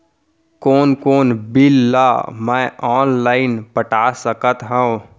कोन कोन बिल ला मैं ऑनलाइन पटा सकत हव?